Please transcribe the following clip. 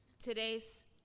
Today's